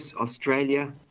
Australia